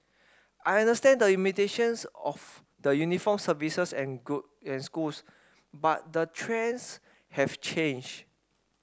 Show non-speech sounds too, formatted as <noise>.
I understand the limitations of the uniformed services and <unintelligible> and schools but the trends have changed